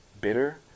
bitter